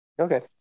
okay